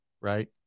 Right